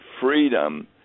freedom